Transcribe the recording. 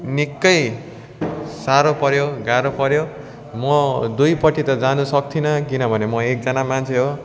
निकै साह्रो पऱ्यो गाह्रो पऱ्यो म दुइपट्टि त जानु सक्थिनँ किनभने म एकजना मान्छे हो